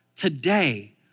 Today